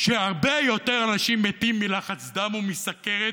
שהרבה יותר אנשים מתים מלחץ דם ומסוכרת